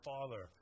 Father